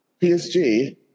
PSG